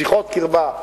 שיחות קרבה,